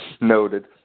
Noted